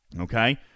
Okay